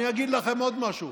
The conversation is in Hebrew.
אני אגיד לכם עוד משהו: